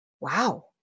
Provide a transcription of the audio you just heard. wow